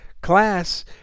class